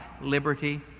liberty